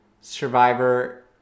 Survivor